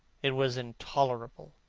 it was intolerable.